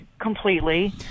completely